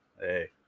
Hey